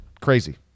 Crazy